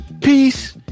peace